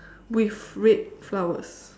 with red flowers